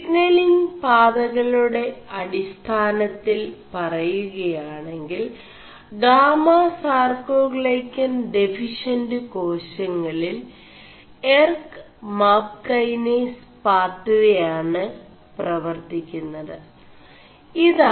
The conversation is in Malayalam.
സിPലിങ് പാതകളgെട അടിാനøിൽ പറയുകയാെണ ിൽ ഗാമസാർേ ാൈø ൻ െഡഫിഷç ് േകാശÆളിൽ എർ ് മാç് ൈകേനസ് പാതയാണ് 4പവർøി ുMത്